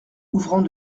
ouvrant